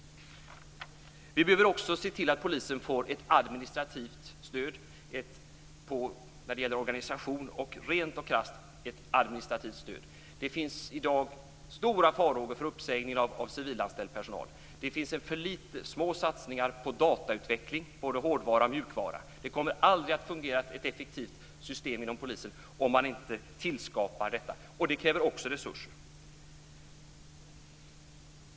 Vi behöver också se till att polisen får ett administrativt stöd när det gäller t.ex. organisation. Det är fråga om ett rent och krasst administrativt stöd. Det finns i dag stora farhågor inför uppsägningen av civilanställd personal. Det görs för små satsningar på datautveckling, både av hårdvara och av mjukvara. Man kommer aldrig att få ett effektivt fungerande system inom polisen om man inte skapar detta, vilket också kräver resurser.